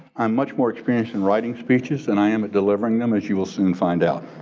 i'm much more experience in writing speeches than i am at delivering them as you will soon find out.